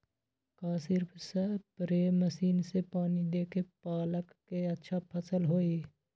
का सिर्फ spray machine से पानी देके पालक के अच्छा फसल होई?